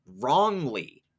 wrongly